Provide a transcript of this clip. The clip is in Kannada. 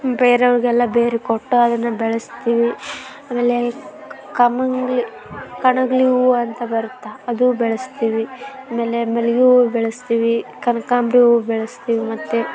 ಬೇರೆಯವ್ರಿಗೆಲ್ಲ ಬೇರು ಕೊಟ್ಟು ಅದನ್ನು ಬೆಳೆಸ್ತೀವಿ ಆಮೇಲೆ ಕಮಂಗ್ಲಿ ಕಣಗಿಲೆ ಹೂವು ಅಂತ ಬರುತ್ತೆ ಅದು ಬೆಳೆಸ್ತೀವಿ ಆಮೇಲೆ ಮಲ್ಲಿಗೆ ಹೂವು ಬೆಳೆಸ್ತೀವಿ ಕನಕಾಂಬರಿ ಹೂವು ಬೆಳೆಸ್ತೀವಿ ಮತ್ತು